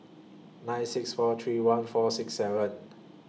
nine six four three one four six seven